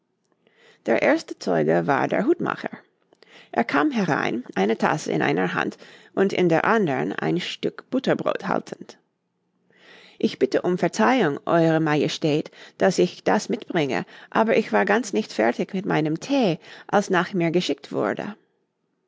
der erste zeuge war der hutmacher er kam herein eine tasse in einer hand und in der andern ein stück butterbrot haltend ich bitte um verzeihung eure majestät daß ich das mitbringe aber ich war nicht ganz fertig mit meinem thee als nach mir geschickt wurde